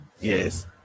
yes